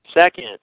Second